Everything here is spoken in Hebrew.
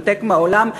להתנתק מהעולם,